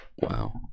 Wow